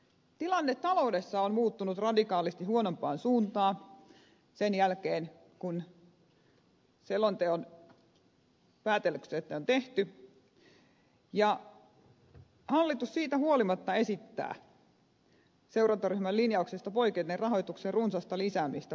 tilanne taloudessa on muuttunut radikaalisti huonompaan suuntaan sen jälkeen kun selonteon päätelmät on tehty ja hallitus siitä huolimatta esittää seurantaryhmän linjauksesta poiketen rahoituksen runsasta lisäämistä puolustusmateriaaleihin